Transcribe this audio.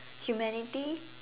humanity